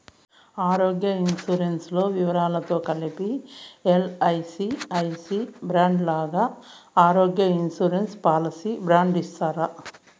ఆరోగ్య ఇన్సూరెన్సు లో వివరాలతో కలిపి ఎల్.ఐ.సి ఐ సి బాండు లాగా ఆరోగ్య ఇన్సూరెన్సు పాలసీ బాండు ఇస్తారా?